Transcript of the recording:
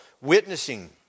witnessing